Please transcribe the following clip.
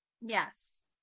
Yes